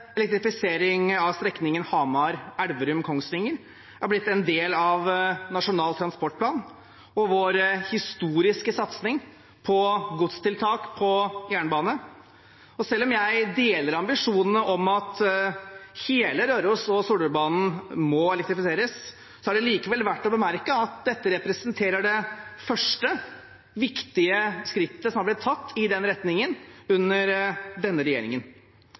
elektrifisering av strekningen Hamar–Elverum–Kongsvinger er blitt en del av Nasjonal transportplan og vår historiske satsing på godstiltak på jernbane. Og selv om jeg deler ambisjonene om at hele Rørosbanen og Solørbanen må elektrifiseres, er det likevel verdt å bemerke at dette representerer det første viktige skrittet som er blitt tatt i den retningen under denne regjeringen.